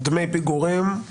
דמי פיגורים מדוע?